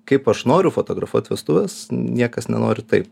kaip aš noriu fotografuot vestuves niekas nenori taip